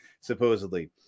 supposedly